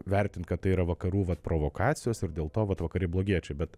vertint kad tai yra vakarų vat provokacijos ir dėl to vat vakarai blogiečiai bet